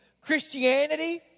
Christianity